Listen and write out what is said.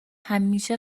همیشه